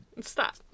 Stop